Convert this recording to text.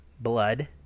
blood –